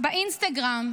באינסטגרם.